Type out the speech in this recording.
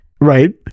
right